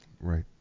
Right